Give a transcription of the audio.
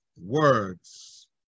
words